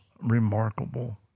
remarkable